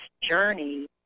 journey